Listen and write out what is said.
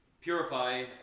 purify